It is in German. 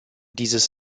dieses